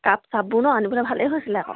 cup চাপবোৰ নহ্ আনিবলৈ ভালেই হৈছিল আকৌ